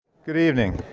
good evening.